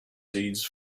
seeds